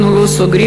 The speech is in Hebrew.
אנחנו לא סוגרים.